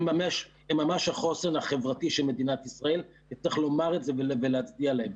הם ממש החוסן החברתי של מדינת ישראל וצריך לומר את זה ולהצדיע להם.